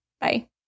Bye